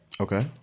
Okay